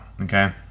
okay